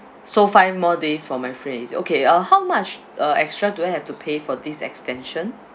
so five more days for my free and easy okay uh how much uh extra do I have to pay for this extension